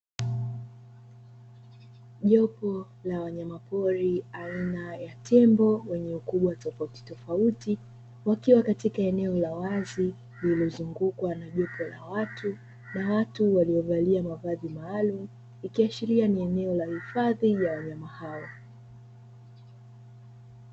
Jopo la wanyama pori aina ya tembo wenye ukubwa tofauti tofauti wakiwa katika eneo la wazi lililozungukwa na jopo la watu waliovalia mavazi maalumu, ikiashiria ni eneo la uhifadhi wa wanyama hao.